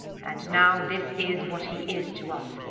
and now this is what he is to us.